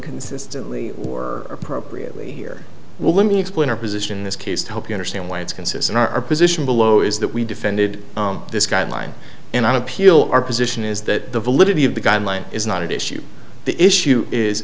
consistently or appropriately here well let me explain our position in this case to help you understand why it's consistent our position below is that we defended this guideline and i peel our position is that the validity of the guidelines is not at issue the issue is